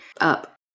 up